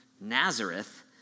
Nazareth